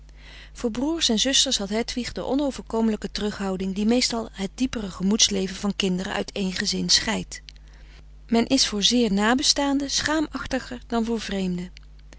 voor broers en zusters had hedwig de onoverkomelijke terughouding die meestal het diepere gemoedsleven van kinderen uit één gezin scheidt men is voor zeer nabestaanden schaamachtiger dan voor vreemden